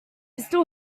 still